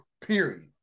period